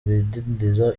bidindiza